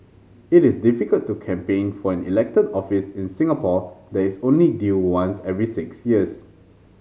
it is difficult to campaign for an elected office in Singapore that is only due once every six years